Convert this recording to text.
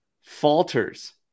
falters